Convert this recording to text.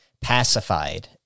pacified